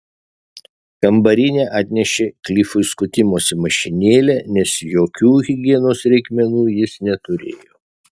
kambarinė atnešė klifui skutimosi mašinėlę nes jokių higienos reikmenų jis neturėjo